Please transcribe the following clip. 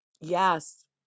Yes